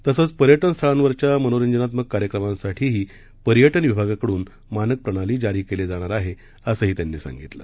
तसंच पर्यटन स्थळांवरील मनोरंजनात्मक कार्यक्रमांसाठी देखील पर्यटन विभागाकडून मानक प्रणाली जारी करण्यात येणार आहे असंही त्यांनी सांगितलं